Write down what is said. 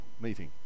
meeting